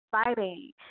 exciting